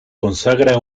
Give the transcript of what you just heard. consagra